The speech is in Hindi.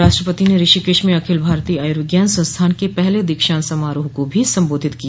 राष्ट्रपति ने ऋषिकेश में अखिल भारतीय आयुर्विज्ञान संस्थान के पहले दीक्षांत समारोह को भी संबोधित किया